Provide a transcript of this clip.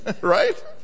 Right